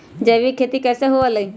जैविक खेती कैसे हुआ लाई?